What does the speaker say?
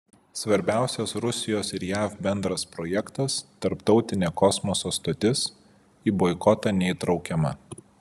svarbiausias rusijos ir jav bendras projektas tarptautinė kosmoso stotis į boikotą neįtraukiama